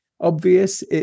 obvious